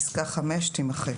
פסקה (5) תימחק,